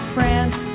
France